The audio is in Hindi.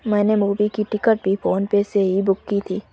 मैंने मूवी की टिकट भी फोन पे से ही बुक की थी